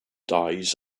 dies